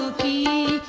be